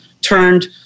turned